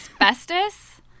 Asbestos